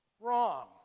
Wrong